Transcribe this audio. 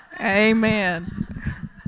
Amen